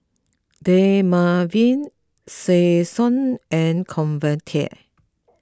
Dermaveen Selsun and Convatec